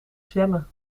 zwemmen